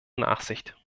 nachsicht